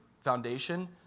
foundation